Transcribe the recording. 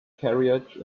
carriage